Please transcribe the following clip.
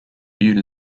viewed